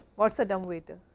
what is a dumb waiter